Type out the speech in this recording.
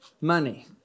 money